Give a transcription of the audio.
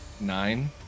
Nine